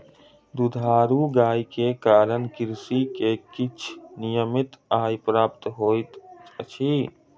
दुधारू गाय के कारण कृषक के किछ नियमित आय प्राप्त होइत अछि